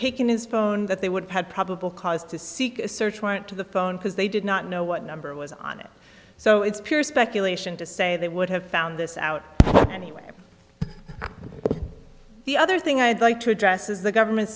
taken his phone that they would have probable cause to seek a search warrant to the phone because they did not know what number was on it so it's pure speculation to say they would have found this out anyway the other thing i'd like to address is the government